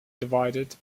divided